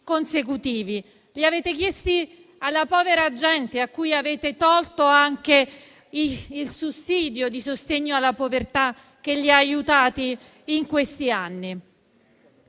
consecutivi. Li avete chiesti alla povera gente, a cui avete tolto anche il sussidio di sostegno alla povertà che li ha aiutati in questi anni.